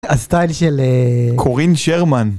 הסטייל של קורין שרמן.